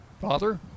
father